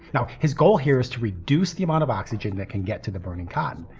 now, his goal here is to reduce the amount of oxygen that can get to the burning cotton.